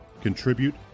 Contribute